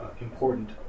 important